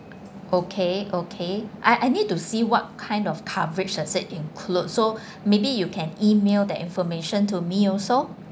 okay okay I I need to see what kind of coverage does it include so maybe you can email that information to me also